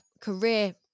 career